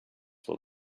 will